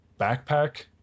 backpack